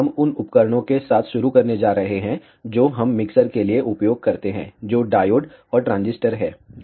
हम उन उपकरणों के साथ शुरू करने जा रहे हैं जो हम मिक्सर के लिए उपयोग करते हैं जो डायोड और ट्रांजिस्टर हैं